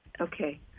Okay